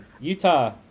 Utah